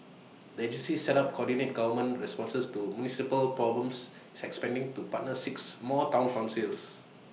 the agency set up coordinate government responses to municipal problems is expanding to partner six more Town councils